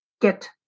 get